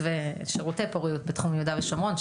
ושירותי פוריות בתחום יהודה ושומרון,